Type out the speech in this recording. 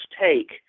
take